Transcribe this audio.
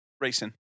racing